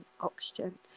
oxygen